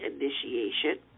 initiation